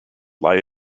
lie